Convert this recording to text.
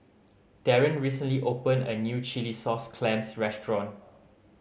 Darron recently opened a new chilli sauce clams restaurant